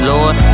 Lord